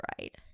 right